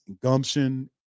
gumption